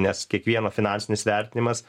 nes kiekvieno finansinis vertinimas